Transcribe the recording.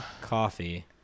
coffee